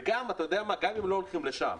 וגם אם לא הולכים לשם,